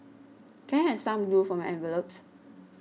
can I have some glue for my envelopes